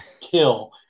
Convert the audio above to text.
kill